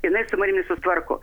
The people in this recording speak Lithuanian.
jinai su manimi susitvarko